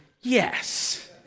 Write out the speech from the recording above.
Yes